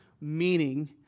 meaning